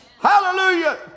Hallelujah